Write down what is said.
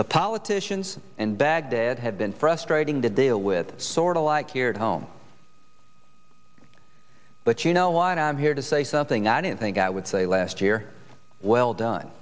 the politicians and baghdad have been frustrating to deal with sorta like here home but you know why i'm here to say something i don't think i would say last year well done